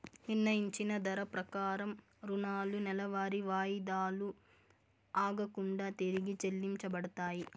నిర్ణయించిన ధర ప్రకారం రుణాలు నెలవారీ వాయిదాలు ఆగకుండా తిరిగి చెల్లించబడతాయి